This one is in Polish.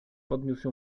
podniósł